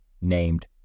named